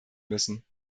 müssen